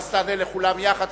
ואז תענה לכולם יחד,